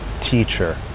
teacher